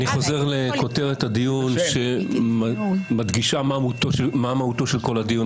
אני חוזר לכותרת הדיון שמדגישה מה מהותו של כל הדיון